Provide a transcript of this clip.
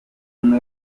muntu